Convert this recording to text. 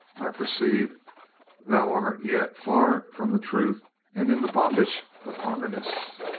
i perceive thou art yet far from the truth and in the bondage of arminius!